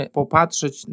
popatrzeć